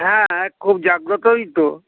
হ্যাঁ এক খুব জাগ্রতই তো